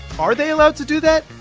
are they allowed to do that?